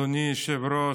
אדוני היושב-ראש,